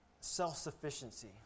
self-sufficiency